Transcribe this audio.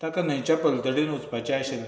ताका न्हंयच्या पलतडीन वचपाचें आशिल्लें